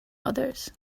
others